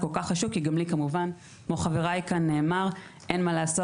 זה כל כך חשוב כי גם לי נאמר כמו לאחרים שאין מה לעשות,